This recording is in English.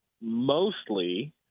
mostly